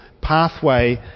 pathway